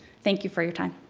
thank you for your time.